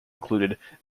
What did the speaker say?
included